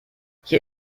hier